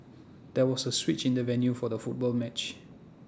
there was A switch in the venue for the football match